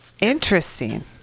interesting